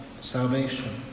salvation